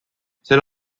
sel